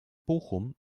bochum